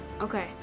Okay